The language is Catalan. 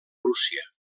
prússia